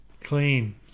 clean